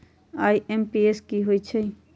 IMPS की होईछइ?